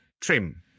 trim